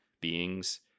beings